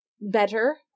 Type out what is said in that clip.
better